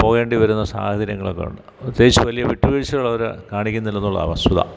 പോകേണ്ടി വരുന്ന സാഹചര്യങ്ങളൊക്കെയുണ്ട് പ്രത്യേകിച്ച് വലിയ വിട്ടുവീഴ്ചകളവര് കാണിക്കുന്നില്ലെന്നുള്ളതാണ് വസ്തുത